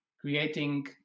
creating